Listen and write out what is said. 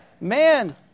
Man